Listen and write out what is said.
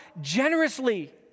Generously